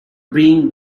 being